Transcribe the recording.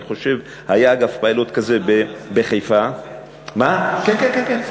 אני חושב, היה אגב פיילוט כזה בחיפה, כן, כן, כן.